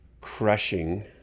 crushing